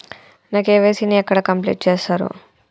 నా కే.వై.సీ ని ఎక్కడ కంప్లీట్ చేస్తరు?